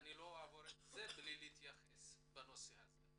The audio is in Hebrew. אני לא אעבור מבלי להתייחס לנושא.